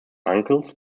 uncles